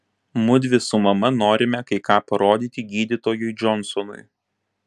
mudvi su mama norime kai ką parodyti gydytojui džonsonui